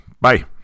bye